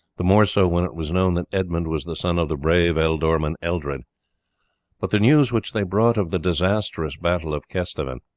the more so when it was known that edmund was the son of the brave ealdorman eldred but the news which they brought of the disastrous battle of kesteven,